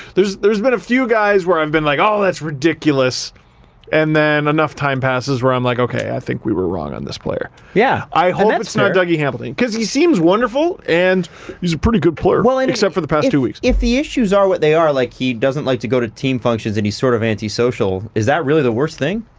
there's there's been a few guys where i've been like, oh that's ridiculous and then enough time passes where i'm like, okay, i think we were wrong on this player yeah, i hope it's not dougie hamilton because he seems wonderful and he's a pretty good player well, and except for the past two weeks. if the issues are what they are, like he doesn't like to go to team functions, and he's sort of anti-social. is that really the worst thing?